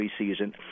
preseason